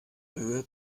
höhe